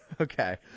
Okay